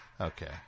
Okay